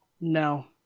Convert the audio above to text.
No